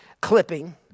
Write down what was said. clipping